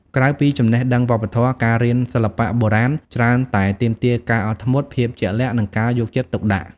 ក្រៅពីចំណេះដឹងវប្បធម៌ ការរៀនសិល្បៈបុរាណច្រើនតែទាមទារការអត់ធ្មត់ ភាពជាក់លាក់ និងការយកចិត្តទុកដាក់។